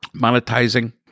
monetizing